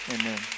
Amen